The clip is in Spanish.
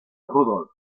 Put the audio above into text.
rudolf